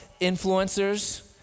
influencers